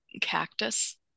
cactus